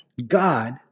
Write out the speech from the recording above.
God